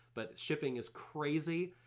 but shipping is crazy.